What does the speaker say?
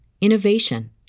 innovation